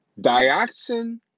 Dioxin